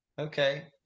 Okay